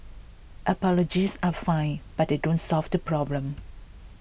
apologies are fine but they don't solve the problem